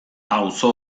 auzo